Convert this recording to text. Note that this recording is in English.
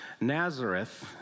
Nazareth